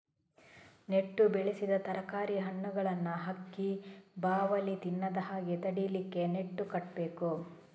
ನೆಟ್ಟು ಬೆಳೆಸಿದ ತರಕಾರಿ, ಹಣ್ಣುಗಳನ್ನ ಹಕ್ಕಿ, ಬಾವಲಿ ತಿನ್ನದ ಹಾಗೆ ತಡೀಲಿಕ್ಕೆ ನೆಟ್ಟು ಕಟ್ಬೇಕು